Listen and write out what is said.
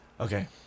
Okay